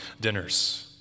dinners